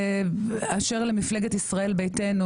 אשר למפלגת ישראל ביתנו,